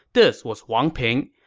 this was wang ping,